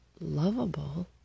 lovable